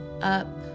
up